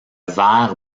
verres